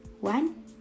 One